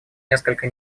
несколько